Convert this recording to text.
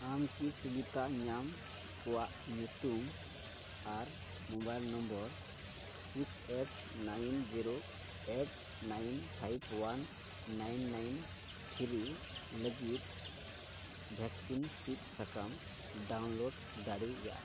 ᱟᱢ ᱠᱤ ᱥᱩᱵᱤᱫᱷᱟ ᱧᱟᱢ ᱠᱚᱣᱟᱜ ᱧᱩᱛᱩᱢ ᱟᱨ mobile number six eight nine zero eight nine five one nine nine three ᱞᱟᱹᱜᱤᱫ ᱵᱷᱮᱠᱥᱤᱱ ᱥᱤᱫ ᱥᱟᱠᱟᱢ ᱰᱟᱣᱩᱱᱞᱳᱰ ᱫᱟᱲᱮᱭᱟᱜᱼᱟ